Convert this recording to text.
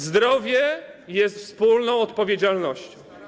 Zdrowie jest wspólną odpowiedzialnością.